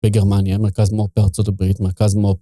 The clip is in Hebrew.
בגרמניה, מרכז מו"פ. בארצות הברית, מרכז מו"פ.